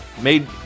made